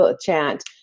chat